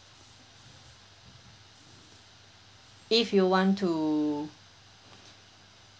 if you want to